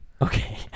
Okay